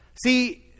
See